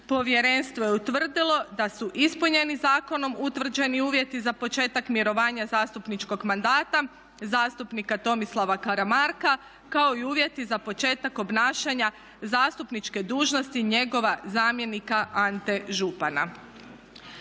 Povjerenstvo je utvrdilo da su ispunjeni zakonom utvrđeni uvjeti za početak mirovanja zastupničkog mandata zastupnika Tomislava Karamarka kao i uvjeti za početak obnašanja zastupničke dužnosti njegova zamjenika Ante Župana.